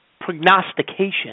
prognostication